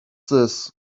this